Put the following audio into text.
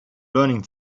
learning